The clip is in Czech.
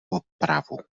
opravu